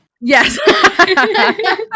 Yes